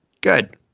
Good